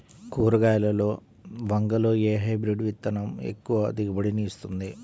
కూరగాయలలో వంగలో ఏ హైబ్రిడ్ విత్తనం ఎక్కువ దిగుబడిని ఇస్తుంది?